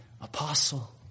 apostle